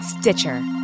Stitcher